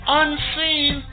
unseen